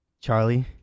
Charlie